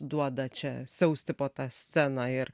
duoda čia siausti po tą sceną ir